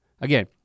Again